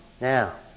Now